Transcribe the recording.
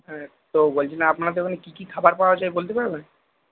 হ্যাঁ তো বলছিলাম আপনাদের ওখানে কি কি খাবার পাওয়া যায় বলতে পারবেন